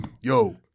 Yo